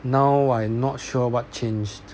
now I am not sure what changed